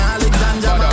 Alexander